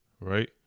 Right